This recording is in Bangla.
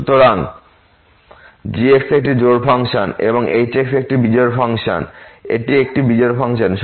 সুতরাং g একটি জোড় ফাংশন এবং h একটি বিজোড় ফাংশন এটি একটি বিজোড় ফাংশন